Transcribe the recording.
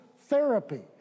therapy